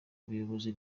ubuyobozi